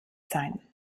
sein